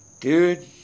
Dude